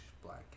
black